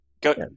go